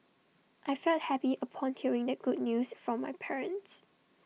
I felt happy upon hearing the good news from my parents